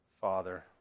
Father